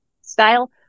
style